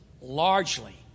Largely